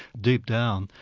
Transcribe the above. deep down,